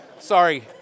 Sorry